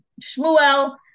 Shmuel